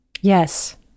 Yes